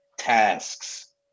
tasks